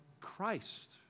Christ